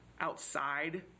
outside